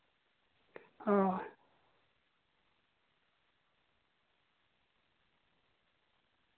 ᱚ